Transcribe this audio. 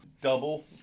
double